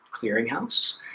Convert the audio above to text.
clearinghouse